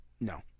No